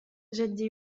جدي